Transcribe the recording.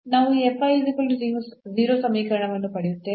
ನಾವು ಈ ಸಮೀಕರಣವನ್ನು ಪಡೆಯುತ್ತೇವೆ